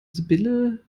sibylle